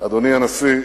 אדוני הנשיא,